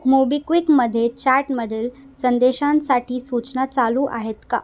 मोबिक्विकमधे चॅटमधील संदेशांसाठी सूचना चालू आहेत का